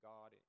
God